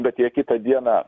bet jie kitą dieną